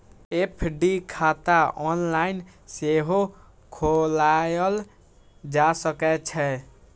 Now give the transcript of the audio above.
FD खाता online सेहो खोलाएल जा सकै छै